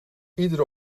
iedere